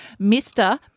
Mr